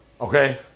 Okay